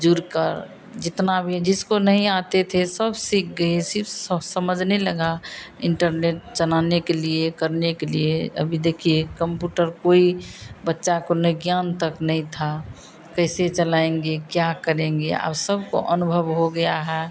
जुड़कर जितना भी जिसको नहीं आता था सब सीख गए सिर्फ सब समझने लगा इन्टरनेट चलाने के लिए करने के लिए अभी देखिए कम्प्यूटर कोई बच्चा को नहीं ज्ञान तक नहीं था कैसे चलाएँगे क्या करेंगे अब सबको अनुभव हो गया है